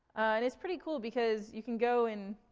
and it's pretty cool because you can go and